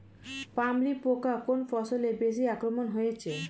পামরি পোকা কোন ফসলে বেশি আক্রমণ হয়েছে?